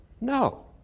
No